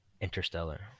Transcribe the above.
Interstellar